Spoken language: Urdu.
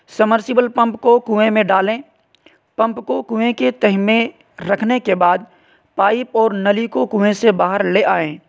سمر سیول پمپ کو کنویں میں ڈالیں پمپ کو کنویں کے تہہ میں رکھنے کے بعد پائپ اور نلی کو کنویں سے باہر لے آئیں